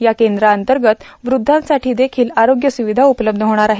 या केंद्रांअंतर्गत वृद्धांसाठी देखील आरोग्य सुविधा उपलब्ध होणार आहेत